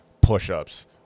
push-ups